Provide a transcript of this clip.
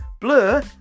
Blur